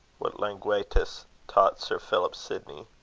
what languetus taught sir philip sidney.